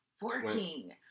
working